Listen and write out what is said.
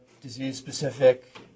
disease-specific